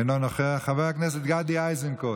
אינו נוכח, חבר הכנסת גדי איזנקוט,